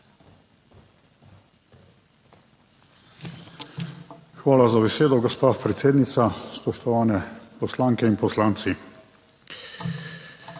Hvala za besedo, gospa predsednica. Spoštovane poslanke in poslanci!